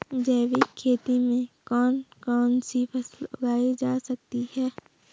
जैविक खेती में कौन कौन सी फसल उगाई जा सकती है?